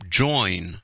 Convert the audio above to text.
join